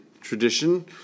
tradition